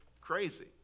crazy